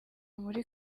muri